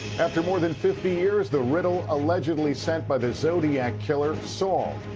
after more than fifty years, the riddle allegedly sent by the zodiac killer solved.